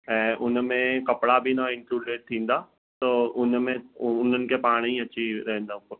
ऐं हुनमें कपिड़ा बि न इंक्लूडिड थींदा त उनमें पोइ हुननि खे पाणेई अची रहंदा पोइ